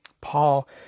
Paul